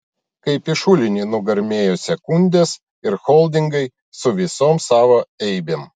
kaip į šulinį nugarmėjo sekundės ir holdingai su visom savo eibėm